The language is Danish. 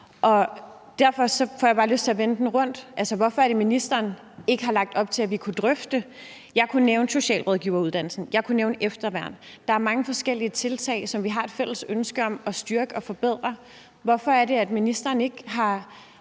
Derfor får jeg bare lyst til at vende den rundt: Hvorfor har ministeren ikke lagt op til, at vi kunne drøfte, jeg kunne nævne socialrådgiveruddannelsen, jeg kunne nævne efterværn? Der er mange forskellige tiltag, som vi har et fælles ønske om at styrke og forbedre. Hvorfor har ministeren ikke